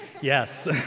Yes